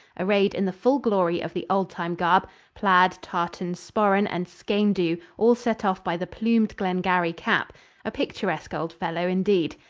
arrayed in the full glory of the old-time garb plaid, tartan, sporran and skene-dhu, all set off by the plumed glengarry cap a picturesque old fellow indeed.